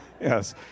Yes